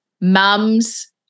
Mums